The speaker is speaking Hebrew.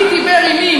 מי דיבר עם מי,